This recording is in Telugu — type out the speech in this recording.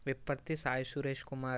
విపత్తి సాయి సురేష్ కుమార్